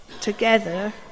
together